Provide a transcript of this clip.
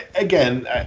again